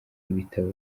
ibitabo